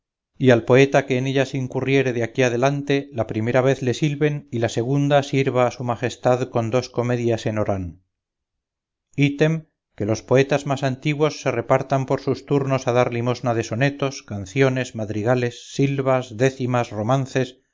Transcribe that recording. y al poeta que en ellas incurriere de aquí adelante la primera vez le silben y la secunda sirva a su majestad con dos comedias en orán item que los poetas más antiguos se repartan por sus turnos a dar limosna de sonetos canciones madrigales silvas décimas romances